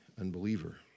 unbeliever